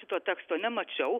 šito teksto nemačiau